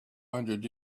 hundred